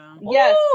Yes